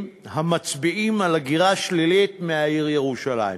המצביעים על הגירה שלילית מהעיר ירושלים.